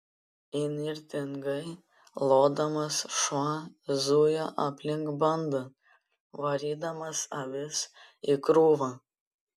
įnirtingai lodamas šuo zujo aplink bandą varydamas avis į krūvą